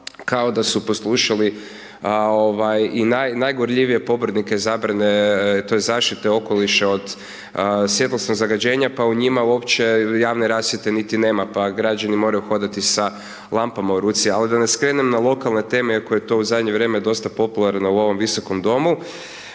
kao da su poslušali i najgorljivije pobornike zabrane tj. zaštite okoliša od svjetlosnog zagađenja pa u njima uopće javne rasvjete niti nema pa građani moraju hodati sa lampama u ruci, ali da ne skrenem na lokalne teme koje to u zadnje vrijeme dosta popularno u ovom visokom domu,